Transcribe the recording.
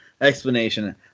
explanation